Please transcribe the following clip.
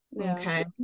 okay